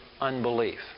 unbelief